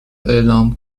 اعلام